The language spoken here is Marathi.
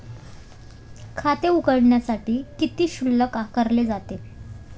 खाते उघडण्यासाठी किती शुल्क आकारले जाते?